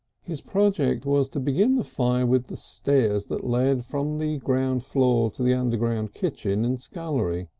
his project was to begin the fire with the stairs that led from the ground floor to the underground kitchen and scullery.